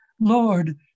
Lord